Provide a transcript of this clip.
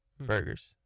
burgers